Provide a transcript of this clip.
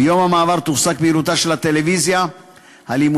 ביום המעבר תופסק פעילותה של הטלוויזיה הלימודית,